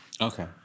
Okay